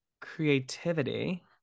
creativity